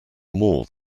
more